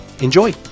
Enjoy